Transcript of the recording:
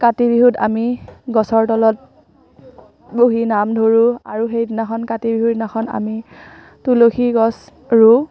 কাতি বিহুত আমি গছৰ তলত বহি নাম ধৰোঁ আৰু সেইদিনাখন কাতিবিহু দিনাখন আমি তুলসী গছ ৰুওঁ